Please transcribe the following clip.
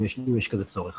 תודה רבה.